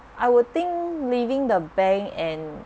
I would think leaving the bank and